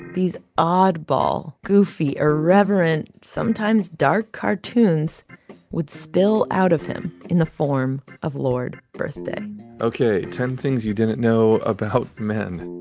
these oddball, goofy, irreverent, sometimes dark cartoons would spill out of him in the form of lord birthday ok, ten things you didn't know about men.